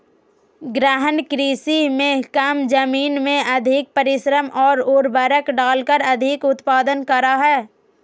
गहन कृषि में कम जमीन में अधिक परिश्रम और उर्वरक डालकर अधिक उत्पादन करा हइ